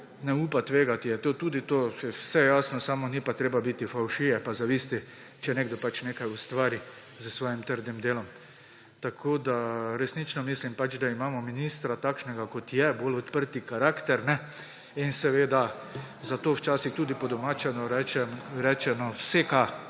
ne upa tvegati, je tudi to vse jasno, samo ni pa treba biti fovšije pa zavisti, če nekdo pač nekaj ustvari s svojim trdim delom. Tako resnično mislim, da imamo ministra, takšnega kot je, bolj odprt karakter, in seveda zato včasih tudi, po domače rečeno, useka,